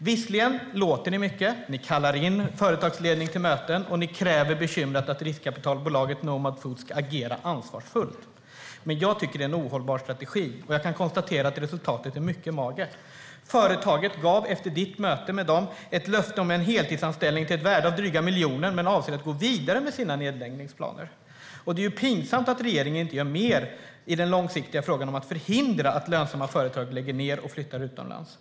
Visserligen låter ni mycket - ni kallar in företagsledningen till möten och kräver bekymrat att riskkapitalbolaget Nomad Foods ska agera ansvarsfullt. Jag tycker dock att det är en ohållbar strategi, och jag kan konstatera att resultatet är mycket magert. Företaget gav efter ditt möte med dem ett löfte om en heltidsanställning till ett värde av dryga miljonen men avser att gå vidare med sina nedläggningsplaner. Det är pinsamt att regeringen inte gör mer i den långsiktiga frågan om att förhindra att lönsamma företag lägger ned och flyttar utomlands.